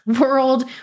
world